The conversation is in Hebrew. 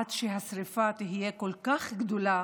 עד שהשרפה תהיה כל כך גדולה,